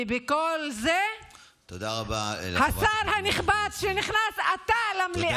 ובכל זה, אתה, השר הנכבד שנכנס למליאה,